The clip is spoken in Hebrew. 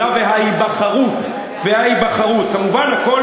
הבחירה וההיבחרות, כמובן, הכול